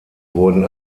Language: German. wurden